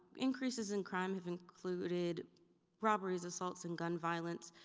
increases in crime have included robberies, assaults, and gun violence.